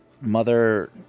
mother